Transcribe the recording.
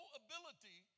ability